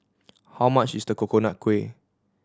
how much is the Coconut Kuih